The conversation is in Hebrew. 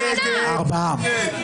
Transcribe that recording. הצבעה לא אושרו.